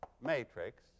matrix